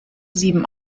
sieben